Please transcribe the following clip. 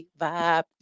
vibe